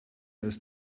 ist